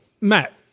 Matt